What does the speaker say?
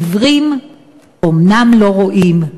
העיוורים אומנם לא רואים,